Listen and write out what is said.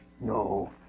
no